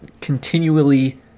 continually